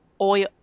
oil